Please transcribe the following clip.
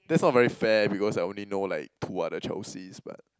that's not very fair because I only know like two other Chelseas but